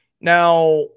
now